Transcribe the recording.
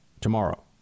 tomorrow